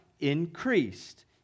increased